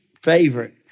favorite